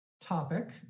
topic